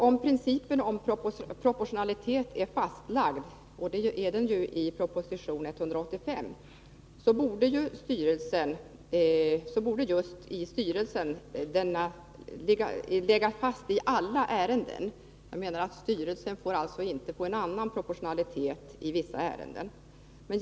Om principen om proportionalitet är fastlagd — och det är den ju i proposition 185 — borde styrelsemajoriteten ligga fast i alla ärenden. Jag menar att det inte får vara på det sättet att styrelsen får en annan proportionalitet i vissa ärenden.